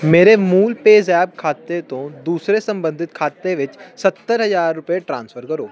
ਮੇਰੇ ਮੂਲ ਪੇਅਜ਼ੈਪ ਖਾਤੇ ਤੋਂ ਦੂਸਰੇ ਸੰਬੰਧਿਤ ਖਾਤੇ ਵਿੱਚ ਸੱਤਰ ਹਜ਼ਾਰ ਰੁਪਏ ਟ੍ਰਾਂਸਫਰ ਕਰੋ